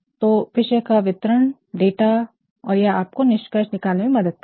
तो विषय का विवरण डाटा और यह आपको निष्कर्ष निकालने में मदद करेगा